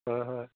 হয় হয়